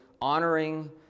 honoring